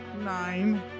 nine